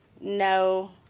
no